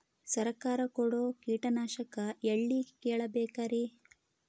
ಸರಕಾರ ಕೊಡೋ ಕೀಟನಾಶಕ ಎಳ್ಳಿ ಕೇಳ ಬೇಕರಿ?